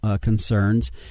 concerns